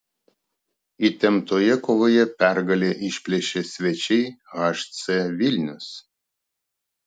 įtemptoje kovoje pergalę išplėšė svečiai hc vilnius